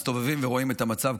מסתובבים ורואים את המצב,